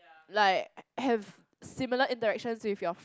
like have similar interactions with your